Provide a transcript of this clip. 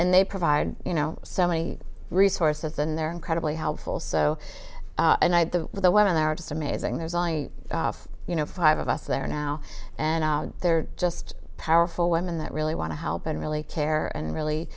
and they provide you know so many resources and they're incredibly helpful so and i had the the women there are just amazing there's i you know five of us there now and they're just powerful women that really want to help and really care and really